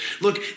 Look